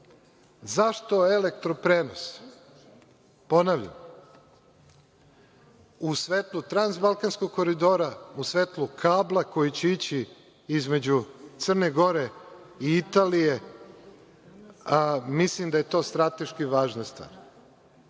elektroprenos? Ponavljam, u svetlu transbalkanskog koridora, u svetlu kabla koji će ići između Crne Gore i Italije, mislim da je to strateški važna stvar.